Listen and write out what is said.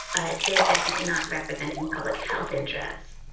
ah they're definitely not representing public health interest.